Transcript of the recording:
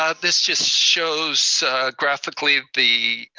ah this just shows graphically the